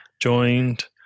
joined